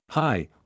Hi